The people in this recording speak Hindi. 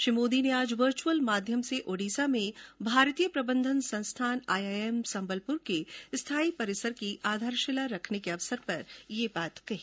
श्री मोदी ने आज वर्चुअल माध्यम से ओडिसा में भारतीय प्रबंधन संस्थान आईआईएम संबलपुर के स्थायी परिसर की आधारशिला रखने के अवसर पर यह बात कही